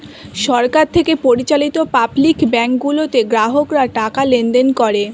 সরকার থেকে পরিচালিত public bank গুলোতে গ্রাহকরা টাকা লেনদেন করে